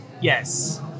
Yes